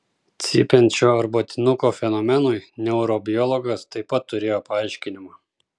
cypiančio arbatinuko fenomenui neurobiologas taip pat turėjo paaiškinimą